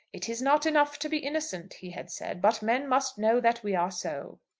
it is not enough to be innocent, he had said, but men must know that we are so.